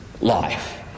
life